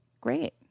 Great